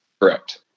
Correct